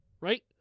right